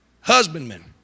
Husbandmen